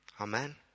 Amen